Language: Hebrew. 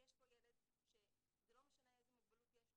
כי יש פה ילד שזה לא משנה איזו מוגבלות יש לו,